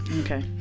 Okay